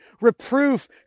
reproof